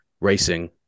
racing